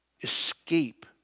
escape